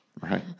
Right